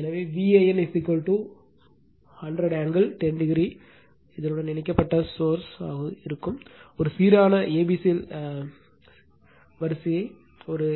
எனவே Van 100 angle 10o உடன் இணைக்கப்பட்ட சோர்ஸ் மாக இருக்கும் ஒரு சீரான ஏபிசி லைன்சை ஒரு